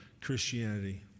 Christianity